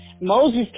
Moses